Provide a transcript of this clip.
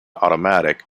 automatic